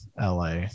LA